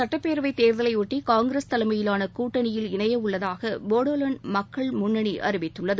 சட்டப்பேரவை தேர்தலையொட்டி காங்கிரஸ் தலைமையிலான கூட்டணியில் அசாமில் இணையவுள்ளதாக போடோலாந்து மக்கள் முன்னணி அறிவித்துள்ளது